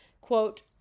Quote